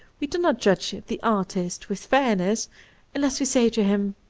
we do not judge the artist with fairness unless we say to him